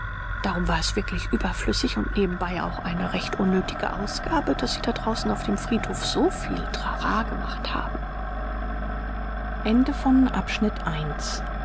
darum war es wirklich überflüssig und nebenbei auch eine recht unnötige ausgabe daß sie da draußen auf dem friedhof so viel trara gemacht haben